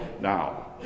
now